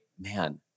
man